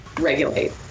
regulate